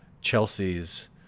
Chelsea's